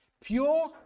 Pure